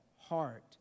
heart